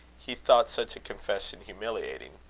he thought such a confession humiliating.